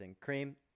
Cream